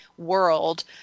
world